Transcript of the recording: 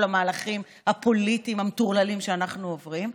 המהלכים הפוליטיים המטורללים שאנחנו עוברים,